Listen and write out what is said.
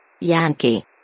Yankee